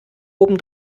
oben